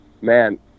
man